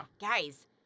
Guys